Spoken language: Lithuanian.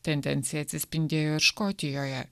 tendencija atsispindėjo ir škotijoje